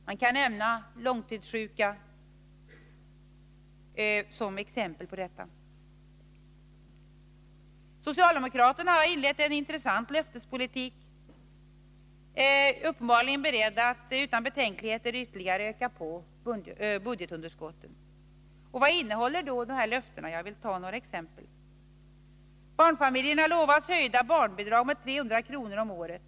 Jag kan nämna långtidssjuka som exempel på detta. Socialdemokraterna har inlett en intressant löftespolitik — uppbarligen beredda att utan betänkligheter ytterligare öka på budgetunderskottet. Vad innehåller då dessa löften? Jag vill ta några exempel. Barnfamiljerna lovas höjda barnbidrag med 300 kr. om året.